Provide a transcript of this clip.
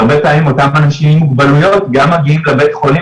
והרבה פעמים אותם אנשים עם מוגבלויות גם מגיעים לבית חולים